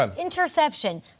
Interception